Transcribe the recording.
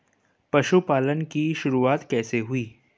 पशुपालन की शुरुआत कैसे हुई?